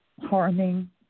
harming